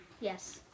yes